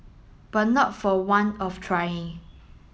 but not for want of trying